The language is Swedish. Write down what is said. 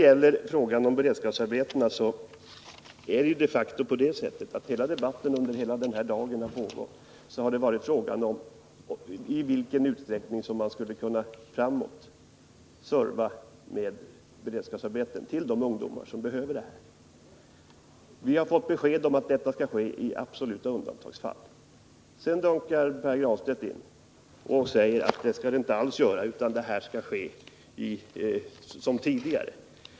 Hela debatten om beredskapsarbetena har gällt i vilken utsträckning man skall ge sådana till de ungdomar som behöver dem. Vi har fått besked om att beredskapsarbeten skall anvisas i absoluta undantagsfall. Sedan säger Pär Granstedt att det skall ske som tidigare.